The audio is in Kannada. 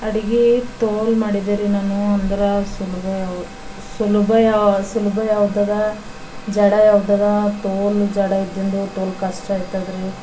ಅಡುಗೆ ತೋಲ್ ಮಾಡಿದೆ ರೀ ನಾನು ಅಂದ್ರೆ ಸುಲಭ ಯಾವು ಸುಲಭ ಯಾ ಸುಲಭ ಯಾವ್ದದ ಜಡ ಯಾವ್ದದ ತೋಲ್ ಜಡ ಇದ್ದಿದ್ದು ತೋಲ್ ಕಷ್ಟ ಆಯ್ತದ್ರೀ